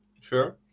Sure